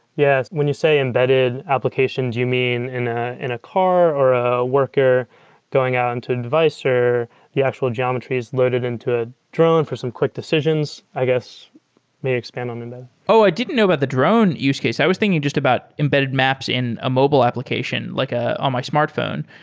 yeah. when you say embedded applications, you mean in a in a car or a worker going out into a a device or the actual geometries loaded into a drone for some quick decisions? i guess maybe expand on and that oh! i didn't know that the drone use case. i was thinking just about embedded maps in a mobile application, like on my smartphone,